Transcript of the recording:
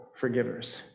forgivers